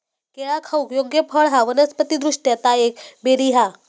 केळा खाऊक योग्य फळ हा वनस्पति दृष्ट्या ता एक बेरी हा